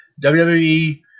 WWE